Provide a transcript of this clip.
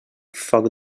foc